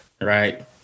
Right